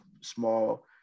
small